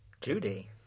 Judy